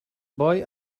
boy